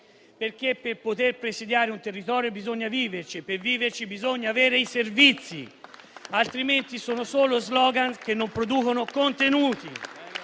Per poter presidiare un territorio bisogna viverci e per viverci bisogna avere i servizi, altrimenti sono solo slogan che non producono contenuti.